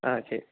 ஆ சரி